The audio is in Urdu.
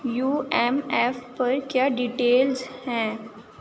یو ایم ایف پر کیا ڈیٹیلز ہیں